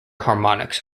harmonics